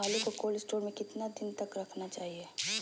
आलू को cold store में कितना दिन तक रखना चाहिए?